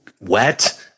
wet